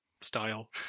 style